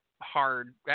hard –